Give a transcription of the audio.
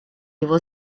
его